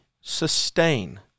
sustain